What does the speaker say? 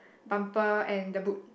bumper and the boot